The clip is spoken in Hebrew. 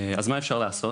אז מה אפשר לעשות?